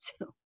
two